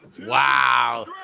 Wow